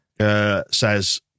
says